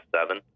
seven